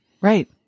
Right